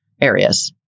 areas